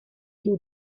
you